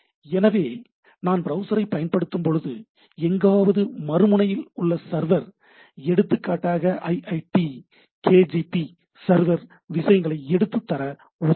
எனவே நான் பிரவுசரை பயன்படுத்தும்போது எங்காவது மறுமுனையில் உள்ள சர்வர் எடுத்துக்காட்டாக "iit kgp" சர்வர் விஷயங்களைத் எடுத்து தர உதவுகிறது